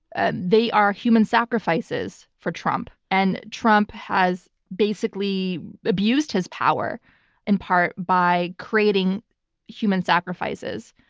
and they are human sacrifices for trump, and trump has basically abused his power in part by creating human sacrifices.